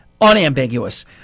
unambiguous